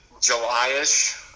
July-ish